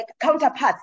counterparts